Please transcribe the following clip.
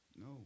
No